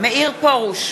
מאיר פרוש,